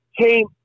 came